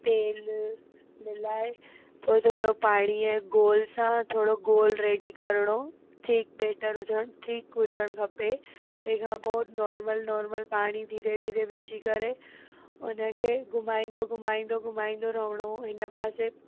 तेलु मिलाए पोइ थोरो पाणीअ ऐं गोल सां थोरो गोल रेडी करिणो थिक बैटर हुजणु ठीक हुजणु खपे तंहिं खां पोइ नोर्मल नोर्मल पाणी धीरे धीरे विझी करे हुनखे घुमाईंदो घुमाईंदो घुमाईंदो रहिणो हिन पासे